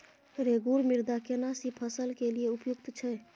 रेगुर मृदा केना सी फसल के लिये उपयुक्त छै?